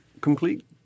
complete